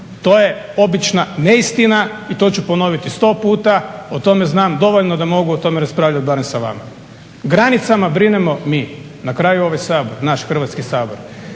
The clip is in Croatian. To je obična neistina i to ću ponoviti 100 puta, o tome znam dovoljno da mogu o tome raspravljati barem sa vama. O granicama brinemo mi, na kraju ovaj Sabor, naš Hrvatski sabor.